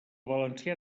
valencià